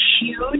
huge